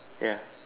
ya